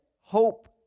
hope